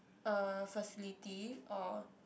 er facility or